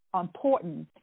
important